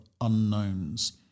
unknowns